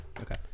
Okay